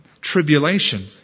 tribulation